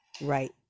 Right